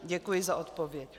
Děkuji za odpověď.